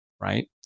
right